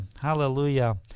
Hallelujah